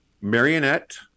Marionette